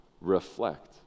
reflect